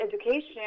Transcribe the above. education